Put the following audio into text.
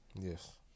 Yes